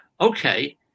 Okay